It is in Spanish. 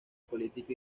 política